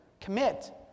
commit